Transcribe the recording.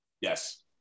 Yes